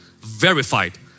Verified